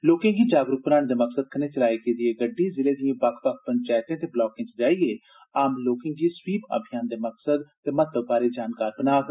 लोकें गी जागरूक बनाने दे मकसद कन्नै चलाई गेदी एह् गड्डी जिले दिएं बक्ख बक्ख पंचैतें ते ब्लाकें च जाइयै आम लोकें गी स्वीप अभियान दे मकसद ते महत्व बारै जानकार बनाग